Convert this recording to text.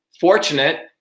fortunate